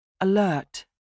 Alert